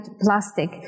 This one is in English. plastic